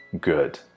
good